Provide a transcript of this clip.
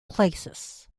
places